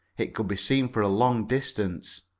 it could be seen for a long distance.